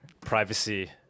privacy